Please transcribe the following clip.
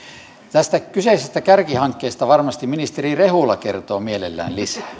tästä kyseisestä kärkihankkeesta varmasti ministeri rehula kertoo mielellään